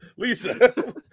Lisa